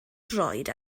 droed